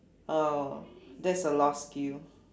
oh that's a lost skill